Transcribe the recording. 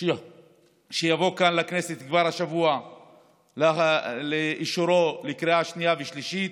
שיובא כאן לכנסת כבר השבוע לאישורו בקריאה שנייה ושלישית,